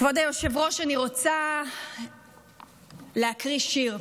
כבוד היושב-ראש, אני רוצה להקריא שיר,